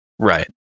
right